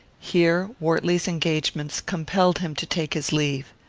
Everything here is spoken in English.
here wortley's engagements compelled him to take his leave.